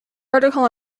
article